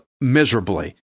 miserably